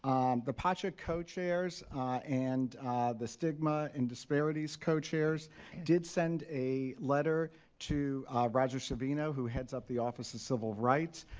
um the pacha co-chairs and the stigma and disparities co-chairs did send a letter to advisor sabina who heads up the office of civil rights,